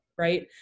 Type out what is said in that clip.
right